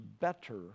better